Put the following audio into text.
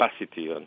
capacity